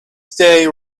stay